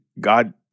God